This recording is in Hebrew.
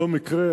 לא מקרה.